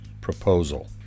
proposal